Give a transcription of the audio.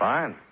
Fine